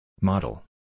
Model